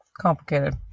complicated